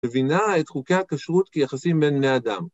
‫מבינה את חוקי הכשרות ‫כיחסים בין בני אדם.